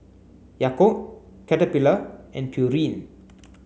Yakult Caterpillar and Pureen